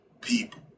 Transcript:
people